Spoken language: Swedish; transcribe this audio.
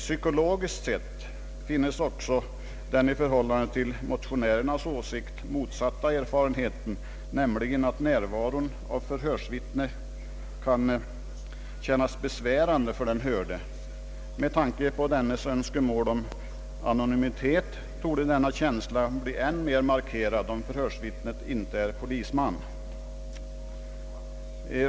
Psykologiskt sett finnes också, hävdar rikspolisstyrelsen, »den i förhållande till motionärernas åsikt motsatia erfarenheten, nämligen att närvaron av förhörsvittne kan kännas besvärande för den hörde. Med tanke på dennes önskemål om anonymitet torde denna känsla bli än med uttalad om förhörsvittnet inte är polisman».